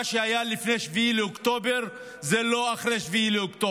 מה שהיה לפני 7 באוקטובר זה לא מה שאחרי 7 באוקטובר,